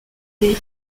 des